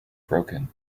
broken